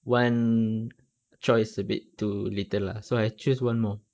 one choice a bit too little lah so I choose one more